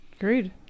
agreed